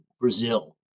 Brazil